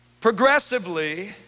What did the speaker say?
progressively